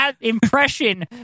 impression